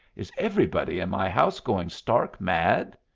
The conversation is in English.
is everybody in my house going stark mad?